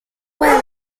puede